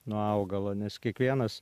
nuo augalo nes kiekvienas